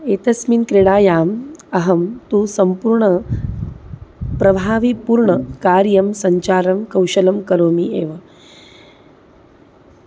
एतस्मिन् क्रीडायाम् अहं तु सम्पूर्णं प्रभाविपूर्णकार्यं सञ्चारं कौशलं करोमि एव